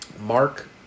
Mark